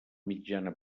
mitjana